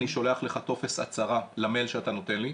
אני שולח לך טופס הצהרה למייל שאתה נותן לי.